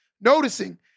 Noticing